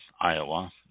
Iowa